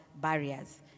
barriers